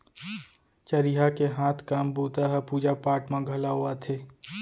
चरिहा के हाथ काम बूता ह पूजा पाठ म घलौ आथे